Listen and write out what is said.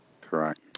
Correct